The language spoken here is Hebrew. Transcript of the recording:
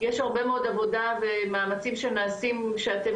יש הרבה מאוד עבודה ומאמצים שנעשים שאתם